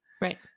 Right